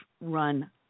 run